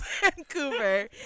Vancouver